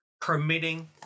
permitting